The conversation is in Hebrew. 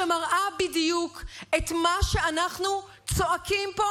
שמראה בדיוק את מה שאנחנו צועקים פה